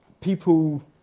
people